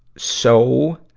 so,